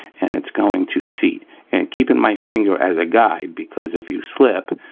and it's going to seat and keeping my finger as a guide because if you slip,